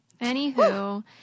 Anywho